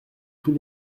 tous